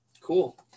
Cool